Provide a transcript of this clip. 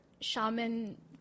shaman